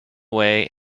away